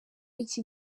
iki